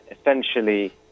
essentially